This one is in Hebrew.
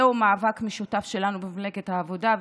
זהו מאבק משותף שלנו במפלגת העבודה,